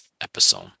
episode